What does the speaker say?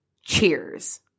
Cheers